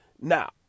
Now